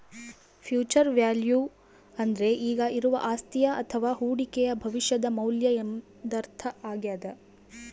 future value ಅಂದ್ರೆ ಈಗ ಇರುವ ಅಸ್ತಿಯ ಅಥವ ಹೂಡಿಕೆಯು ಭವಿಷ್ಯದ ಮೌಲ್ಯ ಎಂದರ್ಥ ಆಗ್ಯಾದ